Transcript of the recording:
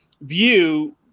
view